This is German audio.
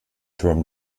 turm